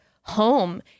home